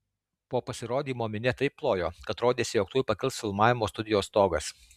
po pasirodymo minia taip plojo kad rodėsi jog tuoj pakils filmavimo studijos stogas